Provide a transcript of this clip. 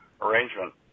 arrangement